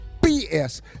BS